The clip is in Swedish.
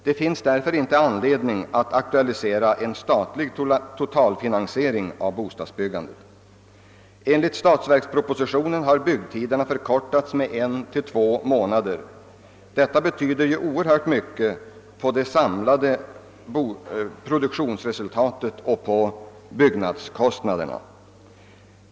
Det finns därför inte någon anledning att aktualisera en statlig totalfinansiering av bostadsbyggandet. Enligt statsverkspropositionen har <byggtiderna förkortats med 1—2 månader. Detta betyder oerhört mycket för det samlade produktionsresultatet och för byggnadskostnaderna.